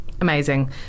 amazing